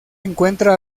encuentra